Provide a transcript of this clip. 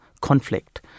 conflict